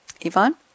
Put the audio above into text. Yvonne